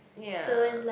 ya